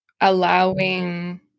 allowing